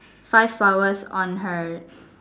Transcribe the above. five flowers on her